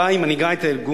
ובה היא מנהיגה את הארגון.